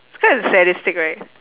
it's kinda sadistic right